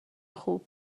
خوب